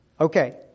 okay